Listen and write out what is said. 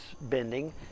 bending